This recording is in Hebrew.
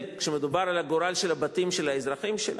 כשמדובר על הגורל של הבתים של האזרחים שלה?